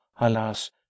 alas